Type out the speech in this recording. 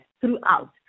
throughout